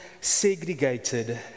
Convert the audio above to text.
segregated